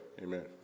Amen